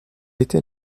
était